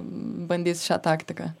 bandys šią taktiką